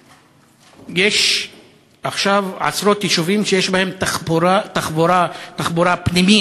יש עכשיו עשרות יישובים ערביים שיש בהם תחבורה פנימית,